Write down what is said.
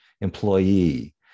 employee